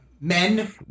men